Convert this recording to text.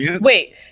wait